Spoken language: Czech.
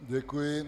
Děkuji.